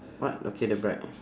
what okay the bride